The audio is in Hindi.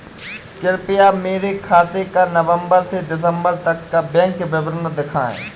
कृपया मेरे खाते का नवम्बर से दिसम्बर तक का बैंक विवरण दिखाएं?